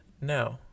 No